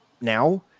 now